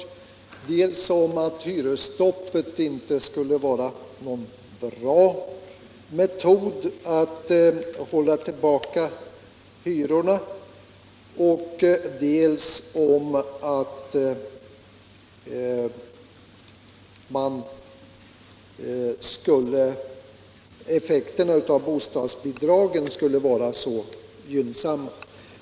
Fru Friggebo sade dels att hyresstoppet inte skulle vara någon bra metod för att hålla tillbaka hyreshöjningarna, dels att effekterna av bostadsbidragen skulle vara så gynnsamma.